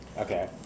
okay